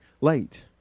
late